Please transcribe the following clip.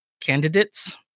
candidates